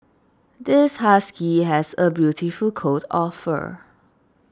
this husky has a beautiful coat of fur